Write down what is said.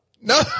No